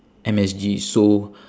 M_S_G so